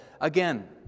Again